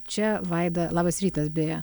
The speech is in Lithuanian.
čia vaida labas rytas beje